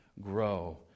grow